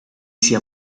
sia